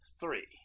three